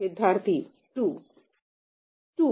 विद्यार्थी 2 2